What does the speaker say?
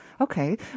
Okay